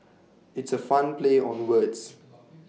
it's A fun play on words